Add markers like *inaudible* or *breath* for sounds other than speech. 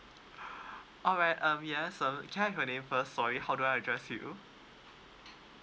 *breath* alright um yes so can I have your name first so I can know how to address you